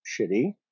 shitty